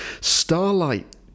Starlight